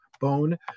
bone